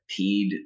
peed